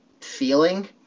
feeling